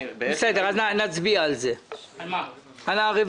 -- בסדר, נצביע על הרוויזיות.